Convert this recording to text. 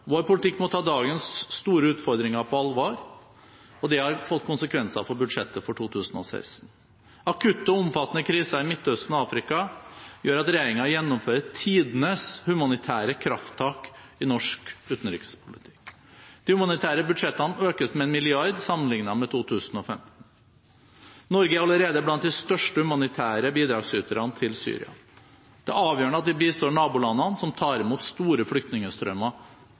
Vår politikk må ta dagens store utfordringer på alvor, og det har fått konsekvenser for budsjettet for 2016. Akutte og omfattende kriser i Midtøsten og Afrika gjør at regjeringen gjennomfører tidenes humanitære krafttak i norsk utenrikspolitikk. De humanitære budsjettene økes med 1 mrd. kr sammenlignet med 2015. Norge er allerede blant de største humanitære bidragsyterne til Syria. Det er avgjørende at vi bistår nabolandene som tar imot store flyktningstrømmer